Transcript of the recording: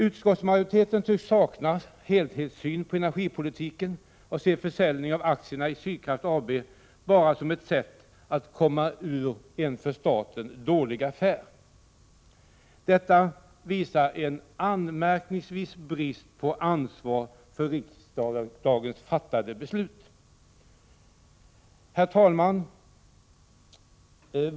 Utskottsmajoriteten tycks sakna helhetssyn på energipolitiken och ser försäljningen av aktierna i Sydgas AB bara som ett sätt att komma ur en för staten ”dålig affär”. Detta vittnar om en anmärkningsvärd brist på ansvar för av riksdagen fattade beslut. Herr talman!